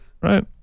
Right